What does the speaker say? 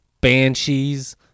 banshees